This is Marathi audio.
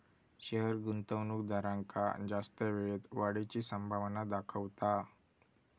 शेयर गुंतवणूकदारांका जास्त वेळेत वाढीची संभावना दाखवता